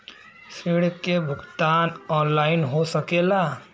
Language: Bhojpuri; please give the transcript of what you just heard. ऋण के भुगतान ऑनलाइन हो सकेला?